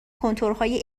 کنتورهای